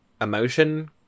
emotion